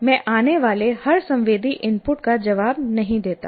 मैं आने वाले हर संवेदी इनपुट का जवाब नहीं देता